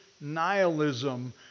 nihilism